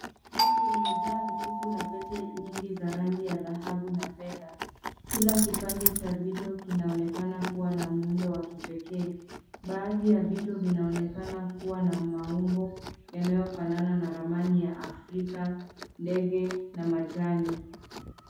Rafu imejaa vipuku na pete nyingi za rangi ya dhahabu na fedha. Kila kipande cha vito kinaonekana kuwa na muundo wa kipekee. Baadhi ya vito vinaonekana kwa na maumbo yanayofanana na ramani ya Afrika, ndege na majani.